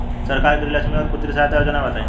सरकार के गृहलक्ष्मी और पुत्री यहायता योजना बताईं?